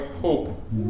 hope